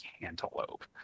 cantaloupe